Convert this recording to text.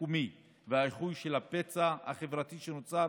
השיקומי ולאיחוי של הפצע החברתי שנוצר